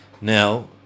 Now